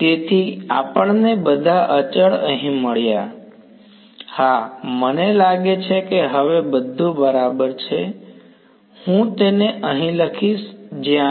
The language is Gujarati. તેથી આપણને બધા અચળ અહીં મળ્યા હા મને લાગે છે કે હવે બધુ બરાબર છે હું તેને અહીં લખીશ જ્યા